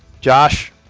josh